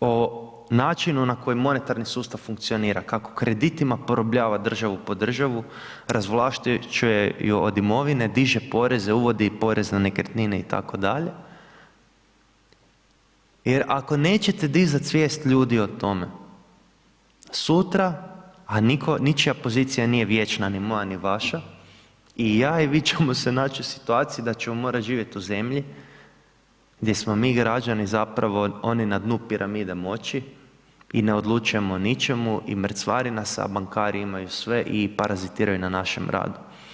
o načinu na koji monetarni sustav funkcionira kako kreditima porobljava državu po državu, razvlašćuje je i od imovine, diže poreze, uvodi i porez na nekretnine itd. jer ako nećete dizat svijest ljudi o tome, sutra a ničija pozicija nije vječna, ni moja ni vaša i ja i vi ćemo se naći u situaciji da ćemo morati živjeti u zemlji gdje smo mi građani zapravo oni na dnu piramide moći i ne odlučujemo o ničemu i mrcvari nas, a bankari imaju sve i parazitiraju na našem radu.